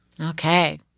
Okay